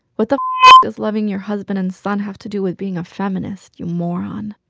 what the does loving your husband and son have to do with being a feminist, you moron?